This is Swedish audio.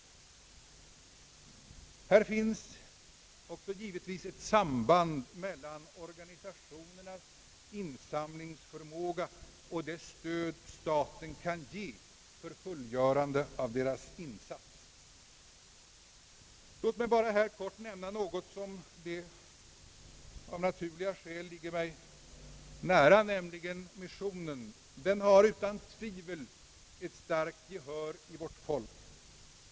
Givetvis finns också ett samband mellan organisationernas insamlingsförmåga och det stöd staten kan ge för fullgörandet av deras insats. Låt mig helt kort nämna något om det som av naturliga skäl ligger mig nära, nämligen missionen. Den har utan tvivel ett starkt gehör hos vårt folk.